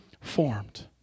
formed